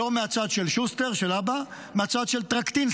לא מהצד של שוסטר, של אבא, מהצד של טרקטינסקי.